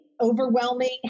overwhelming